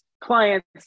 clients